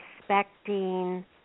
respecting